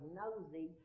nosy